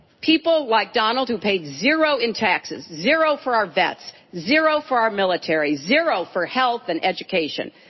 people like donald who paid zero in taxes, zero for our vets, zero for our military, zero for health and education.